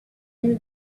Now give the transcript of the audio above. into